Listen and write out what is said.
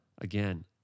Again